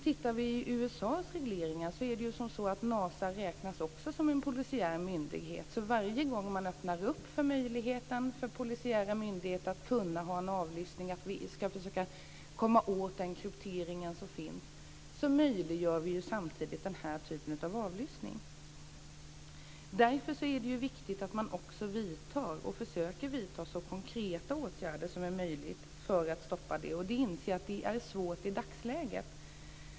Tittar vi i USA:s regleringar räknas Nasa också som en polisiär myndighet. Varje gång man öppnar för möjligheten för polisiära myndigheter att bedriva avlyssning, att komma åt den kryptering som finns, möjliggör man samtidigt den här typen av avlyssning. Därför är det viktigt att man också vidtar och försöker vidta så konkreta åtgärder som möjligt för att stoppa det. Jag inser att det är svårt i dagsläget.